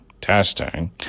testing